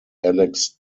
alex